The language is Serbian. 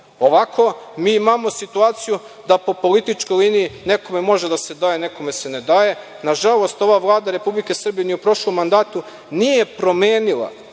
Ovako imamo situaciju da po političkoj liniji nekome mora da se daje, nekome se ne daje. Nažalost, ova Vlada Republike Srbije ni u prošlom mandatu nije promenila,